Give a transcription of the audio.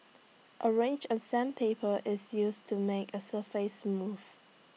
A range of sandpaper is used to make A surface smooth